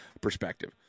perspective